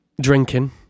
drinking